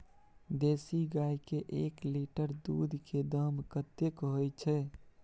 देसी गाय के एक लीटर दूध के दाम कतेक होय छै?